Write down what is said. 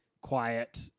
quiet